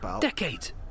Decades